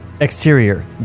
Exterior